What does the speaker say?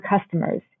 customers